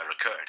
occurred